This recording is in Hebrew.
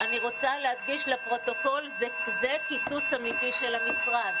אני רוצה להדגיש לפרוטוקול שזה קיצוץ אמיתי של המשרד